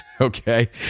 Okay